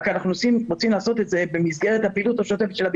רק אנחנו רוצים לעשות את זה במסגרת הפעילות השוטפת שלה